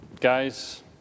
Guys